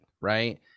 right